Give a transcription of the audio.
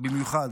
במיוחד